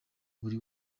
buri